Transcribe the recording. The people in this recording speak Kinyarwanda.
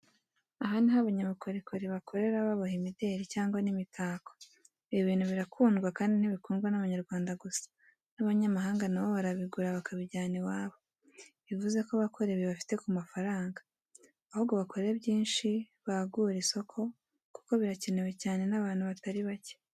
Aha ni aho abanyabukorikori bakorera baboha imideri cyangwa n'imitako, ibi bintu birakundwa kandi ntibikundwa n'Abanyarwanda gusa, n'Abanyamahanga na bo barabigura bakabijyana iwabo, bivuze ko abakora ibi bafite ku mafaranga ahubwo bakore byinshi bagure isoko kuko birakenewe cyane n'abantu batari bake.